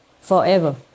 forever